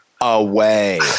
away